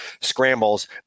scrambles